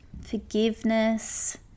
Forgiveness